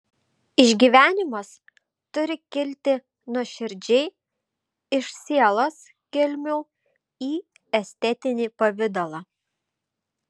išgyvenimas turi kilti nuoširdžiai iš sielos gelmių į estetinį pavidalą